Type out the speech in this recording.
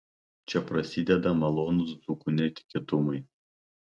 čia prasideda malonūs dzūkų netikėtumai